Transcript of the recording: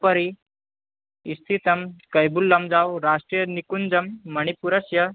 उपरि स्थितं कैबुलञ्जाव् राष्ट्रियनिकुञ्जं मणिपुरस्य